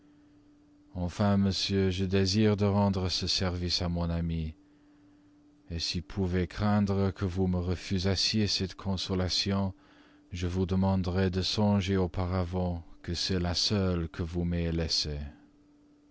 enfin monsieur je désire de rendre ce service à mon amie si pouvais craindre que vous me refusassiez cette consolation je vous demanderais de songer auparavant que c'est la seule que vous m'ayez laissée